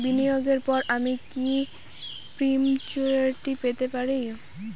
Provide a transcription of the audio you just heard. বিনিয়োগের পর আমি কি প্রিম্যচুরিটি পেতে পারি?